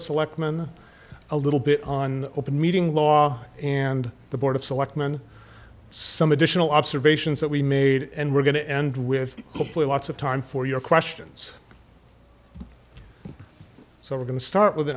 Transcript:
selectmen a little bit on open meeting law and the board of selectmen some additional observations that we made and we're going to end with hopefully lots of time for your questions so we're going to start with an